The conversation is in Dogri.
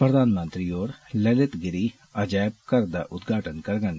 प्रधानमंत्री होर ललितगीरी अजैब घरै दा उदघाटन करगंन